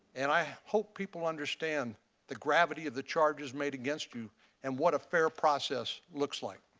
and i hope people understand the gravity of the charges made against you and what a fair process looks like.